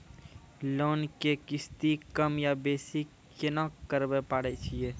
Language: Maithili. लोन के किस्ती कम या बेसी केना करबै पारे छियै?